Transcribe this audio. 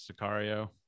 sicario